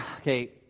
okay